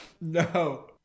No